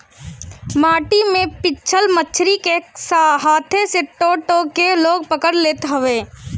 माटी में छिपल मछरी के हाथे से टो टो के लोग पकड़ लेत हवे